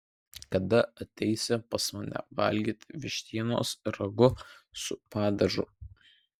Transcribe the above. kada ateisi pas mane valgyti vištienos ragu su padažu